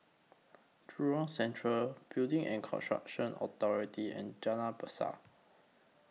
Jurong Central Building and Construction Authority and Jalan Besar